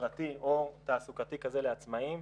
חברתי או תעסוקתי כזה לעצמאים,